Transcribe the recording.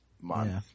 month